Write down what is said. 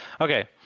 Okay